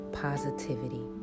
positivity